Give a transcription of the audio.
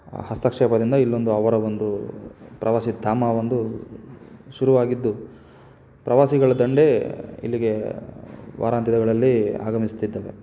ಹಸ್ತಕ್ಷೇಪದಿಂದ ಇಲ್ಲೊಂದು ಅವರ ಒಂದು ಪ್ರವಾಸಿ ಧಾಮ ಒಂದು ಶುರುವಾಗಿದ್ದು ಪ್ರವಾಸಿಗಳ ದಂಡೇ ಇಲ್ಲಿಗೆ ವಾರಾಂತ್ಯಗಳಲ್ಲಿ ಆಗಮಿಸ್ತಿದ್ದಾವೆ